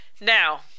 Now